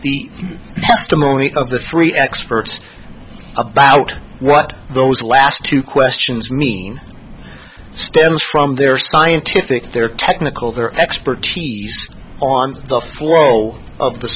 the testimony of the three experts about what those last two questions mean stems from their scientific their technical their expertise on the role of the